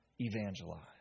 evangelize